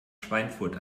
schweinfurt